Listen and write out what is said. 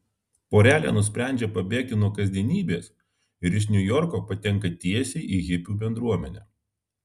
porelė nusprendžia pabėgti nuo kasdienybės ir iš niujorko patenka tiesiai į hipių bendruomenę